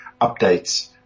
updates